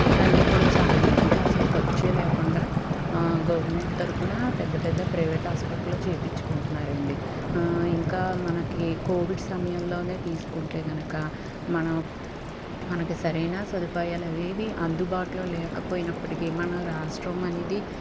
ఇవన్నీ కూడా చాలా ఈజీగా అసలు ఖర్చు లేకుండా గవర్నమెంట్ పెద్దపెద్ద ప్రైవేట్ హాస్పిటల్లో చేపించుకుంటున్నారు అండి ఇంకా మనకి కోవిడ్ సమయంలోనే తీసుకుంటేకనుక మనం మనకు సరైన సదుపాయాల అవేవీ అందుబాటులో లేకపోయినప్పటికీ మన రాష్ట్రం అనేది